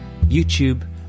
YouTube